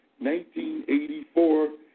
1984